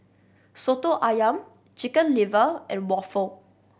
Soto Ayam Chicken Liver and waffle